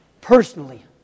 personally